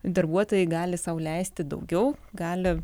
darbuotojai gali sau leisti daugiau gali